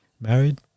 married